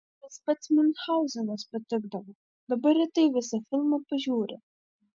tas pats miunchauzenas patikdavo dabar retai visą filmą pažiūriu